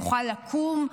נוכל לקום,